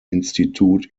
institut